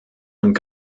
und